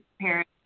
parents